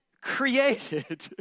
created